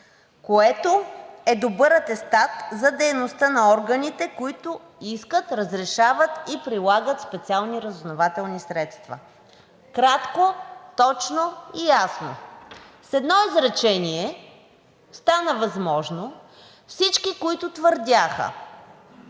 което е добър атестат за дейността на органите, които искат, разрешават и прилагат специални разузнавателни средства.“ Кратко, точно и ясно. С едно изречение – стана възможно всички, които твърдяха,